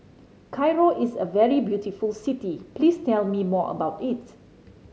Cairo is a very beautiful city please tell me more about it